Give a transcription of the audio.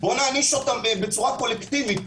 בוא נעניש אותם בצורה קולקטיבית.